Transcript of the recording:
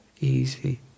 easy